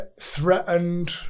threatened